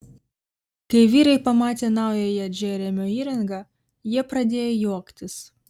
kai vyrai pamatė naująją džeremio įrangą jie pradėjo juoktis